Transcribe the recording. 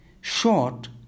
short